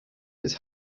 his